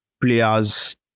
players